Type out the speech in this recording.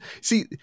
see